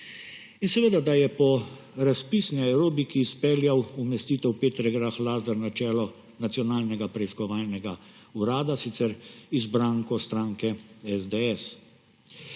In seveda je po razpisni aerobiki izpeljal umestitev Petre Grah Lazar na čelo Nacionalnega preiskovalnega urada, sicer izbranko stranke SDS.